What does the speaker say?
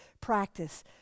practice